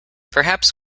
perhaps